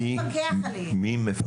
מי מפקח עליהם?